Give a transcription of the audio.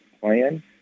plan